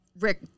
Rick